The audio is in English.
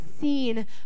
seen